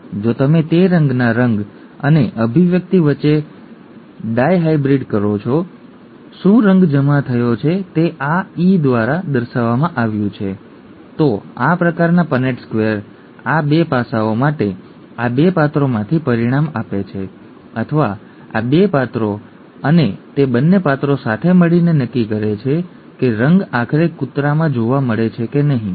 જો તમે તે રંગના રંગ અને અભિવ્યક્તિ વચ્ચે ડાયહાઇબ્રિડ કરો છો તો ઠીક છે શું રંગ જમા થયો છે તે આ ઇ દ્વારા દર્શાવવામાં આવ્યું છે તો આ પ્રકારના પન્નેટ સ્ક્વેર આ 2 પાસાઓ માટે આ 2 પાત્રોમાંથી પરિણામ આપે છે અથવા આ 2 પાત્રો અને તે બંને પાત્રો સાથે મળીને નક્કી કરે છે કે રંગ આખરે કૂતરામાં જોવા મળે છે કે નહીં